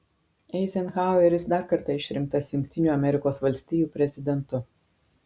eizenhaueris dar kartą išrinktas jungtinių amerikos valstijų prezidentu